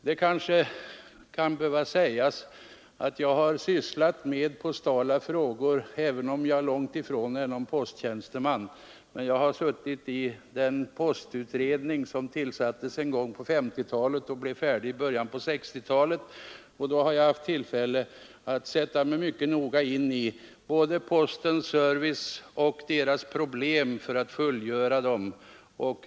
Det kanske kan behöva sägas att jag har sysslat med postala frågor även om jag långtifrån är någon posttjänsteman. Jag har varit med i den postutredning som tillsattes någon gång på 1950-talet och blev färdig i början på 1960-talet. Då hade jag tillfälle att sätta mig mycket noga in i förhållandena vid posten och dess problem för att fullgöra sina serviceuppgifter.